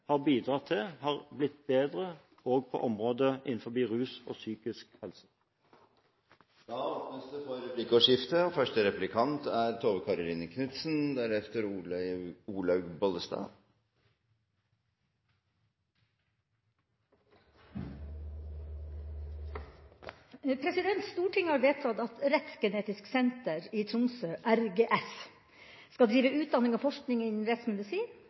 har bidratt til har blitt bedre, også på område innen rus og psykisk helse. Det blir replikkordskifte. Stortinget har vedtatt at Rettsgenetisk senter i Tromsø, RGS, skal drive utdanning og forskning innen rettsmedisin